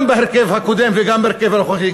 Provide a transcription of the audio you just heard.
גם בהרכב הקודם וגם בהרכב הנוכחי,